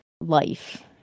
life